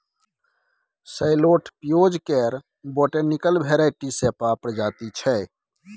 सैलोट पिओज केर botanical variety सेपा प्रजाति छै